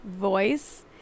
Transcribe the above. voice